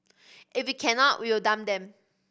if we cannot we will dump them